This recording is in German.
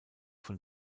von